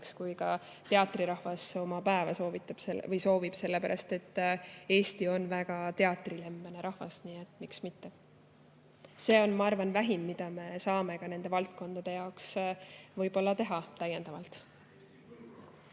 kui ka teatrirahvas oma päeva soovib. Eestis on väga teatrilembene rahvas, nii et miks mitte. See on, ma arvan, vähim, mida me saame nende valdkondade jaoks veel teha.